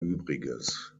übriges